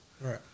Right